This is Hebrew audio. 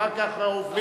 אחר כך עוברים,